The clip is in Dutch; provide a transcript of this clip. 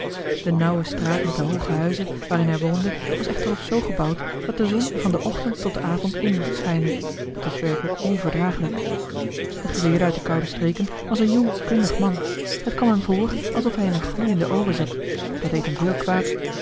de nauwe straat met de hooge huizen waarin hij woonde was echter ook zoo gebouwd dat de zon er van den ochtend tot den avond in moest schijnen het was werkelijk onverdraaglijk de geleerde uit de koude streken was een jong kundig man het kwam hem voor alsof hij in een gloeienden oven zat dat deed hem veel kwaad